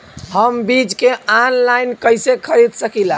हम बीज के आनलाइन कइसे खरीद सकीला?